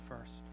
first